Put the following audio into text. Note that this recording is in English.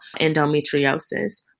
endometriosis